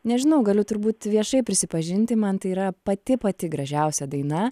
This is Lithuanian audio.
nežinau galiu turbūt viešai prisipažinti man tai yra pati pati gražiausia daina